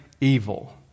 evil